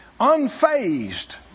unfazed